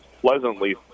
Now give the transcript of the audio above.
pleasantly